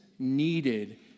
needed